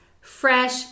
fresh